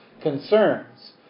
concerns